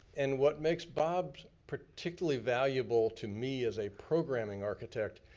and what makes bob particularly valuable to me as a programming architect,